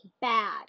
bad